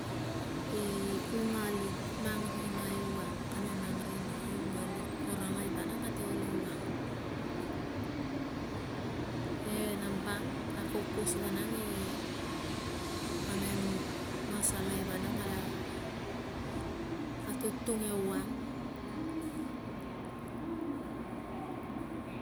I ungalik, mang rina ewang, kamem mang rina e ungalik. Korangai vanang kate ol ewang. E, nambang akukus vanang i kamem masalai vanang kala atutung ewang.